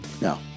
No